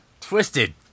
Twisted